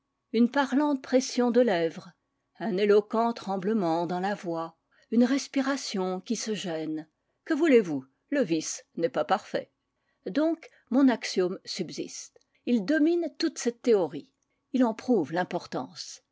une parlante pression de lèvres un éloquent tremblement dans la voix une respiration qui se gêne que voulez-vous le vice n'est pas parfait donc mon axiome subsiste il domine toute cette théorie il en prouve l'importance